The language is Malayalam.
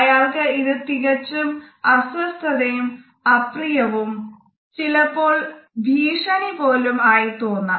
അയാൾക്ക് ഇത് തികച്ചും അസ്വസ്ഥതയും അപ്രിയവും ചിലപ്പോൾ ഭീഷണിയായി പോലും തോന്നാം